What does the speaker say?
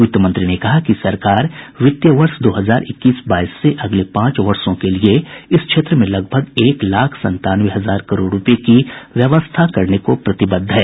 वित्त मंत्री ने कहा कि सरकार वित्तीय वर्ष दो हजार इक्कीस बाईस से अगले पांच वर्षो के लिए इस क्षेत्र में लगभग एक लाख संतानवे हजार करोड़ रूपये की व्यवस्था करने को प्रतिबद्ध है